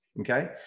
okay